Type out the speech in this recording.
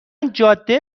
جاده